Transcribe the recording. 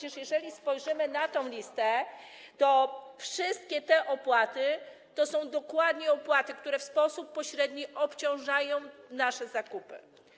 Jeżeli spojrzymy na tę listę, to wszystkie te opłaty to są dokładnie opłaty, które w sposób pośredni obciążają nasze zakupy.